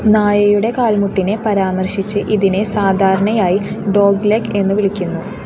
നായയുടെ കാൽമുട്ടിനെ പരാമർശിച്ച് ഇതിനെ സാധാരണയായി ഡോഗ് ലെഗ് എന്ന് വിളിക്കുന്നു